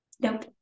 Nope